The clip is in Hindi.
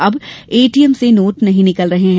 अब एटीएम से नोट नहीं निकल रहे हैं